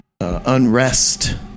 unrest